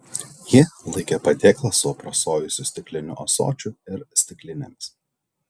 ji laikė padėklą su aprasojusiu stikliniu ąsočiu ir stiklinėmis